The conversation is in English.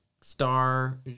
star